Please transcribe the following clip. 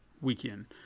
weekend